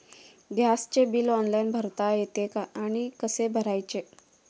गॅसचे bill online भरता येते का आणि कसे भरायचे?